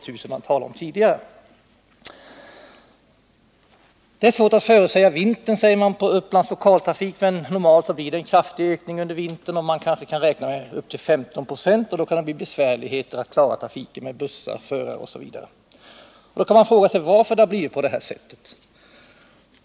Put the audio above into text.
Det uppges från Upplands Lokaltrafik att det är svårt att förutsäga utvecklingen under vintern, men normalt blir det en kraftig ökning under den årstiden. Man kanske kan räkna med en ökning på upp till 15 96, och under sådana förhållanden kan det bli besvärligt att klara trafiken eftersom det blir svårigheter att få tillräckligt med bussar, förare osv. Man kan då fråga sig varför det har blivit på detta sätt.